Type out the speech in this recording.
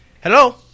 Hello